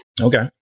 Okay